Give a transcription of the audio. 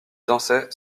dansait